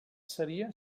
seria